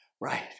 right